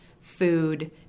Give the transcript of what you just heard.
food